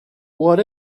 what